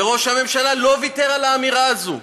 וראש הממשלה לא ויתר על האמירה הזאת.